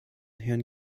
herrn